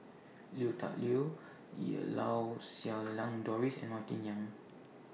Lui Tuck Yew Lau Siew Lang Doris and Martin Yan